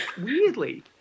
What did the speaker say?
weirdly